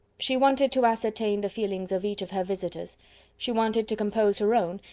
she wanted to ascertain the feelings of each of her visitors she wanted to compose her own,